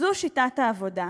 זו שיטת העבודה.